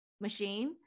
machine